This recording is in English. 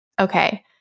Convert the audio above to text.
okay